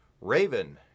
Raven